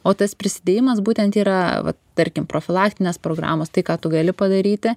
o tas prisidėjimas būtent yra vat tarkim profilaktinės programos tai ką tu gali padaryti